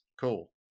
Cool